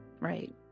Right